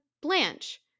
Blanche